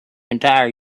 entire